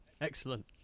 excellent